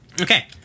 Okay